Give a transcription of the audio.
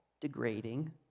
degrading